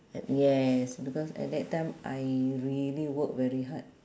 yes because at that time I really work very hard